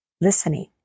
listening